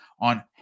on